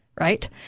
right